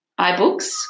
iBooks